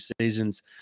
seasons